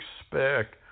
expect